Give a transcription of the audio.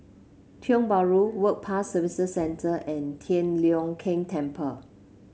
Tiong Bahru Work Pass Services Centre and Tian Leong Keng Temple